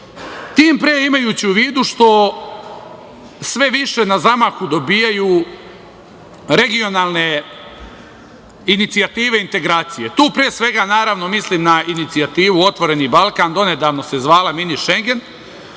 tim pre imajući u vidu što sve više na zamahu dobijaju regionalne inicijative integracije. Tu pre svega mislim na inicijativu „Otvoreni Balkan“, donedavno se zvala „mini Šengen“,